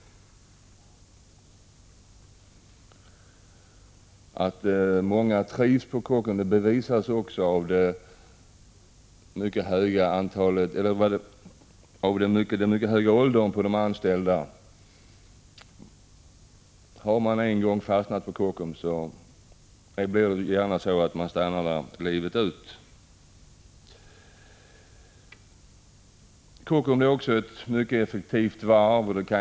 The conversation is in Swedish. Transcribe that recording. Att många trivs på Kockums bevisas också av den mycket höga åldern på de anställda. Har man en gång hamnat på Kockums, blir det gärna så att man stannar där. Kockums är också ett mycket effektivt varv.